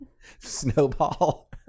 Snowball